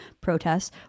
protests